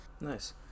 Nice